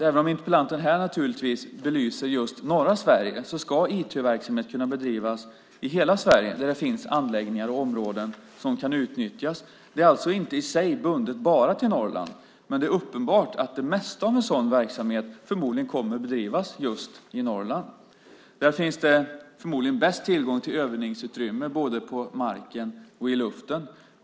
Även om interpellanten här naturligtvis belyser just norra Sverige ska ITÖ-verksamhet kunna bedrivas i hela Sverige där det finns anläggningar och områden som kan utnyttjas. Det är alltså inte i sig bundet bara till Norrland, men det är uppenbart att det mesta av en sådan verksamhet förmodligen kommer att bedrivas just i Norrland. Där finns det förmodligen bäst tillgång till övningsutrymmen både på marken och i luften.